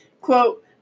quote